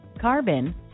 carbon